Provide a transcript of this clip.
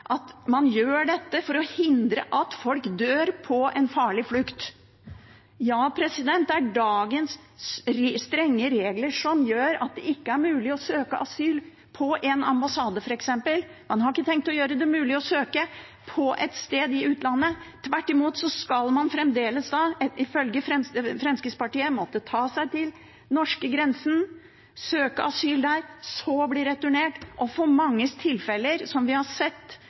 at man gjentar og gjentar at man gjør dette for å hindre at folk dør på en farlig flukt. Det er dagens strenge regler som gjør at det ikke er mulig å søke asyl på f.eks en ambassade. Man har ikke tenkt å gjøre det mulig å søke et sted i utlandet. Tvert imot skal man fremdeles, ifølge Fremskrittspartiet, måtte ta seg til den norske grensa, søke asyl der, så bli returnert, og i manges tilfelle, som vi har sett